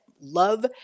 love